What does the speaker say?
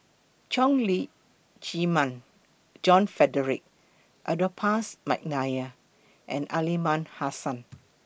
Leong Lee Chee Mun John Frederick Adolphus Mcnair and Aliman Hassan